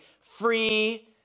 free